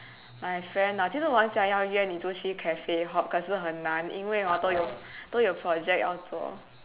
my friend ah 其实我很想要约你出去 cafe hop 可是很难因为 hor 都有都有 project 要做